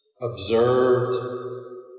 Observed